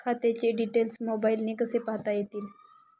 खात्याचे डिटेल्स मोबाईलने कसे पाहता येतील?